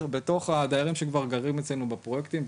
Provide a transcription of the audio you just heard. בקרב הדיירים שכבר גרים אצלינו בפרויקטים.